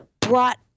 brought